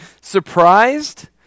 surprised